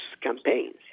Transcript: campaigns